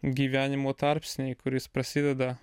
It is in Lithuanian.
gyvenimo tarpsniui kuris prasideda